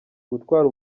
gutwara